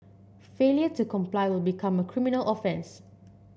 failure to comply will become a criminal offence